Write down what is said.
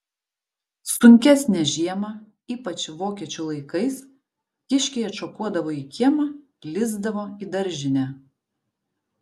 sunkesnę žiemą ypač vokiečių laikais kiškiai atšokuodavo į kiemą lįsdavo į daržinę